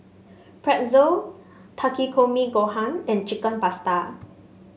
Pretzel Takikomi Gohan and Chicken Pasta